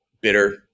bitter